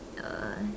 uh